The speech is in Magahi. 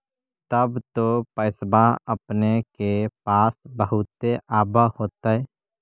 तब तो पैसबा अपने के पास बहुते आब होतय?